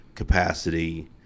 capacity